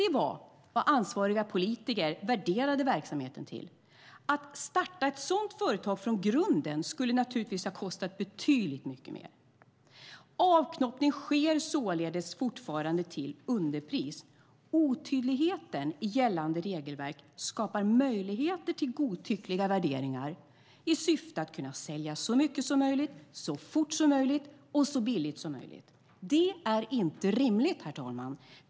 Det var vad ansvariga politiker värderade verksamheten till. Att starta ett sådant företag från grunden skulle naturligtvis ha kostat betydligt mycket mer. Avknoppning sker således fortfarande till underpris. Otydligheten i gällande regelverk skapar möjligheter till godtyckliga värderingar i syfte att kunna sälja så mycket som möjligt, så fort som möjligt och så billigt som möjligt. Det är inte rimligt.